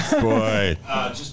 Boy